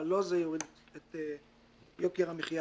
אבל לא זה יוריד את יוקר המחיה.